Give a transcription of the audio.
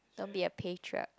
don't be a patriot